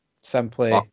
simply